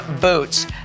Boots